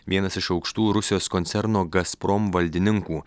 vienas iš aukštų rusijos koncerno gazprom valdininkų